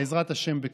בעזרת השם בקרוב.